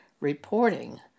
reporting